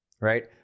right